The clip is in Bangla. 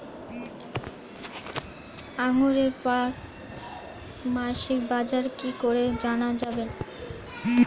আঙ্গুরের প্রাক মাসিক বাজারদর কি করে জানা যাবে?